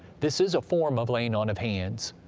this is a form of laying on of hands.